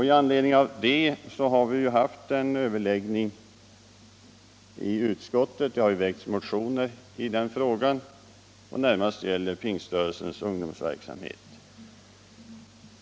I anledning därav har vi haft en överläggning i utskottet. Motioner har väckts i frågan, som närmast gäller Pingstförsamlingarnas ungdomsarbete.